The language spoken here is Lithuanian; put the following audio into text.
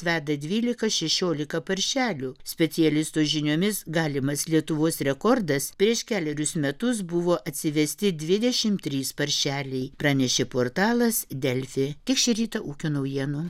veda dvylika šešiolika paršelių specialisto žiniomis galimas lietuvos rekordas prieš kelerius metus buvo atsivesti dvidešimt trys paršeliai pranešė portalas delfi tiek šį rytą ūkio naujienų